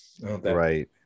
Right